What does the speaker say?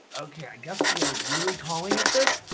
okay, i guess we are really calling it this,